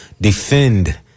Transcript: defend